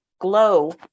glow